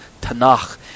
Tanakh